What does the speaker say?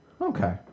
Okay